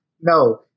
No